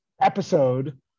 episode